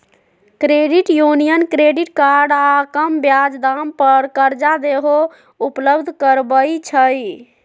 credit union credit card आऽ कम ब्याज दाम पर करजा देहो उपलब्ध करबइ छइ